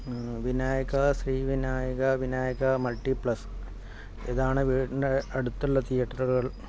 Vinayaka Sree Vinayaka Vinayaka multiplex ഇതാണ് വീട്ടിന്റെ അടുത്തുള്ള തിയേറ്ററുകൾ